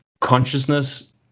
consciousness